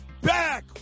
back